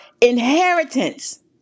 inheritance